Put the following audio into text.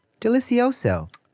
Delicioso